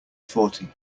forty